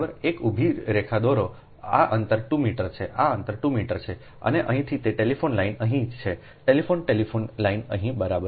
એક ઉભી રેખા દોરો આ અંતર 2 મીટર છે આ અંતર 2 મીટર છે અને અહીંથી તે ટેલિફોન લાઇન અહીં છે ટેલિફોન ટેલિફોન લાઇન અહીં બરાબર છે